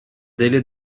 délai